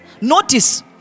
notice